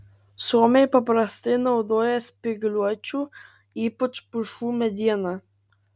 suomiai paprastai naudoja spygliuočių ypač pušų medieną